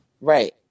right